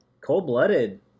Cold-blooded